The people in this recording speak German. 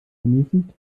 ermäßigt